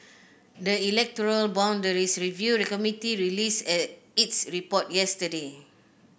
the electoral boundaries review committee released at its report yesterday